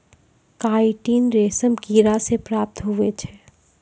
chitin रेशम किड़ा से प्राप्त हुवै छै